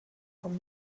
vom